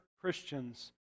Christians